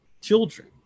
children